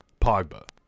Pogba